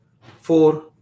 four